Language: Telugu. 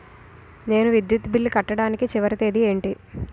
నేను విద్యుత్ బిల్లు కట్టడానికి చివరి తేదీ ఏంటి?